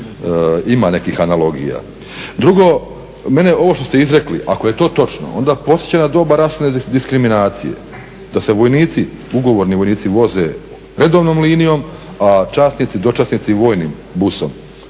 ima nekih analogija. Drugo, mene, ovo što ste izrekli, ako je to točno onda podsjeća na doba rasne diskriminacije. Da se vojnici, ugovorni vojnici voze redovnom linijom a časnici, dočasnici vojnim busom